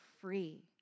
free